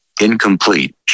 Incomplete